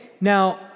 now